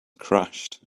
crashed